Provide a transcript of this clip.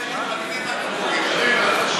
גם אם יש רשימה של 1,000 מתפקדים,